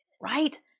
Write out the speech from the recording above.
right